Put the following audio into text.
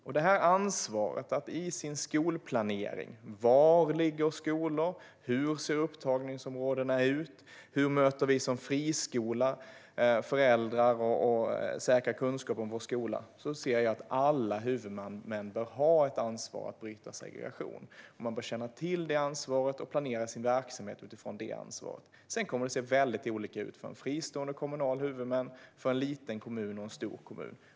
Jag anser att alla huvudmän bör ha ett ansvar för att bryta segregation när det gäller att i skolplaneringen ta hänsyn till var skolan ligger, hur upptagningsområdet ser ut och hur man som friskola kan möta föräldrar och säkerställa kunskap om skolan. Man bör känna till detta ansvar och planera sin verksamhet utifrån det. Det kommer att se väldigt olika ut för en fristående kommunal huvudman, för en liten kommun och för en stor kommun.